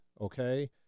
okay